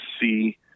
see